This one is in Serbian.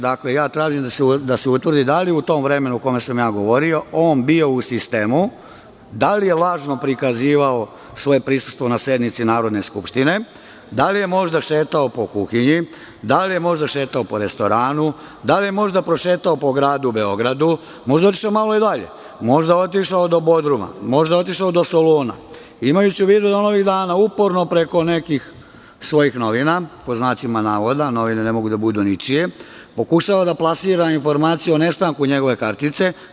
Dakle, ja tražim da se utvrdi da li je u tom vremenu o kome sam ja govorio on bio u sistemu, da li je lažno prikazivao svoje prisustvo na sednici Narodne skupštine, da li je možda šetao po kuhinji, da li je možda šetao po restoranu, da li je možda prošetao po gradu Beogradu, možda otišao malo dalje, do grada Bodruma, do Soluna, imajući u vidu da on ovih dana uporno preko nekih svojih novina, pod znacima navoda jer novine ne mogu da budu ničije, pokušavaju da plasira informaciju o nestanku njegove kartice.